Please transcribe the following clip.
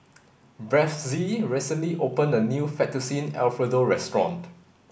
Bethzy recently opened a new Fettuccine Alfredo restaurant